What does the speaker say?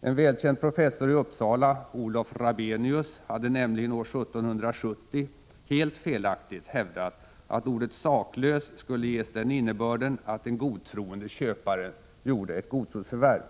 En välkänd professor i Upsala, Olof Rabenius, hade nämligen år 1770 — helt felaktigt — hävdat att ordet saklös skulle ges den innebörden att en godtroende köpare gjorde ett godtrosförvärv.